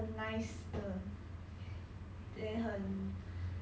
then err okay lah 还好 lah